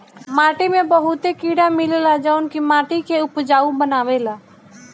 माटी में बहुते कीड़ा मिलेला जवन की माटी के उपजाऊ बनावेला